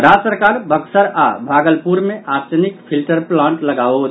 राज्य सरकार बक्सर आओर भागलपुर मे आर्सेनिक फिल्टर प्लांट लगाओत